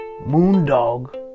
Moondog